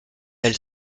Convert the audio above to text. elle